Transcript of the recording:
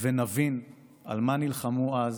ונבין על מה נלחמו אז